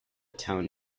town